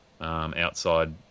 outside